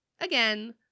again